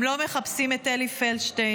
הם לא מחפשים את אלי פלדשטיין,